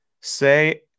say